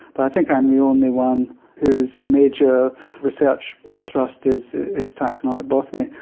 but i think i'm the only one whose major research thrust is is taxonomic botany.